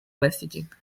messaging